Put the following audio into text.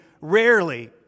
rarely